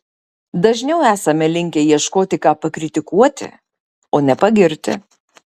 dažniau esame linkę ieškoti ką pakritikuoti o ne pagirti